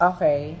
Okay